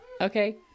Okay